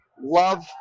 love